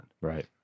Right